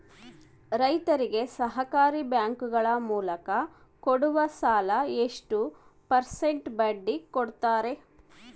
ರೈತರಿಗೆ ಸಹಕಾರಿ ಬ್ಯಾಂಕುಗಳ ಮೂಲಕ ಕೊಡುವ ಸಾಲ ಎಷ್ಟು ಪರ್ಸೆಂಟ್ ಬಡ್ಡಿ ಕೊಡುತ್ತಾರೆ?